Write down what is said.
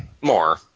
More